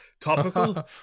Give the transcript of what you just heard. Topical